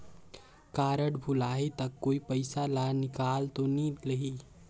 Card भुलाही ता कोई पईसा ला निकाल तो नि लेही?